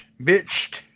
Bitched